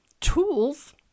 tools